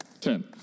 Ten